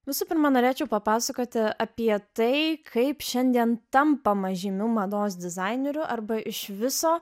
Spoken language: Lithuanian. visų pirma norėčiau papasakoti apie tai kaip šiandien tampama žymiu mados dizaineriu arba iš viso